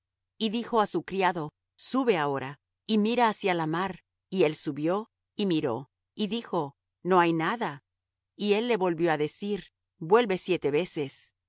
y dijo á su criado sube ahora y mira hacia la mar y él subió y miró y dijo no hay nada y él le volvió á decir vuelve siete veces